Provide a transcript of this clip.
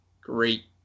great